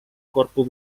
corpo